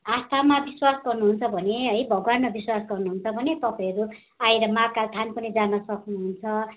आस्थामा विश्वास गर्नुहुन्छ भने है भगवानमा विश्वास गर्नुहुन्छ भने है तपाईँहरू आएर महाकाल थान पनि जान सक्नुहुन्छ